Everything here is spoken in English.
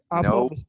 No